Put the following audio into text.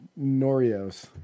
Norios